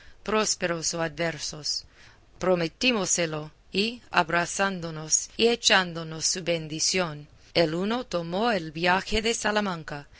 prósperos o adversos prometímosselo y abrazándonos y echándonos su bendición el uno tomó el viaje de salamanca